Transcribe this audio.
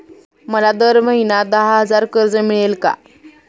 मला दर महिना दहा हजार कर्ज मिळेल का?